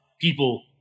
people